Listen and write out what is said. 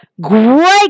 Great